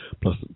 Plus